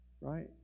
right